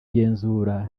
genzura